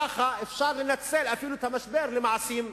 כך אפשר לנצל את המשבר למעשים טובים.